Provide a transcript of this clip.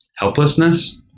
helplessness,